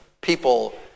people